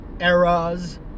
eras